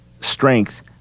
strength